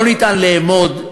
לא ניתן ללמוד,